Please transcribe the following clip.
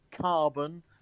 carbon